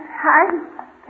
Hi